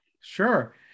Sure